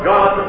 God